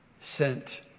sent